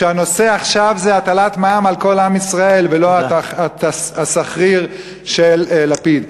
שהנושא עכשיו זה הטלת מע"מ על כל עם ישראל ולא הסחריר של לפיד.